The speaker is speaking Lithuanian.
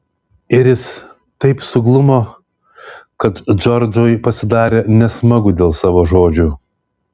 iris taip suglumo kad džordžui pasidarė nesmagu dėl savo žodžių